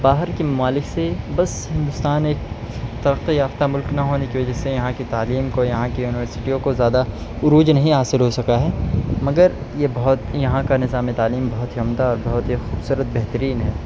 باہر کی ممالک سے بس ہندوستان ایک ترقّی یافتہ ملک نہ ہونے کی وجہ سے یہاں کی تعلیم کو یہاں کی یونیورسٹیوں کو زیادہ عروج نہیں حاصل ہو سکا ہے مگر یہ بہت یہاں کا نظام تعلیم بہت ہی عمدہ اور بہت ہی خوبصورت بہترین ہے